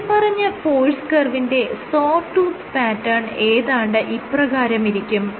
മേല്പറഞ്ഞ ഫോഴ്സ് കർവിന്റെ saw tooth pattern ഏതാണ്ട് ഇപ്രകാരമിരിക്കും